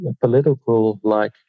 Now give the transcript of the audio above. political-like